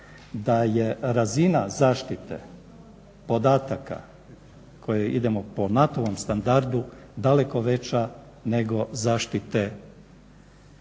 da je razina zaštite podataka koje idemo po NATO-vom standardu daleko veća nego zaštite naših